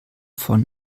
von